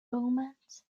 romance